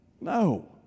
No